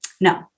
No